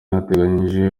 hatangiye